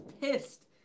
pissed